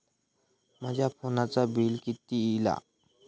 माझ्या फोनचा बिल किती इला?